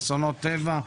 אסונות טבע,